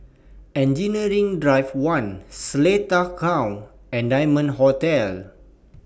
Engineering Drive one Seletar Court and Diamond Hotel